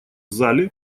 зале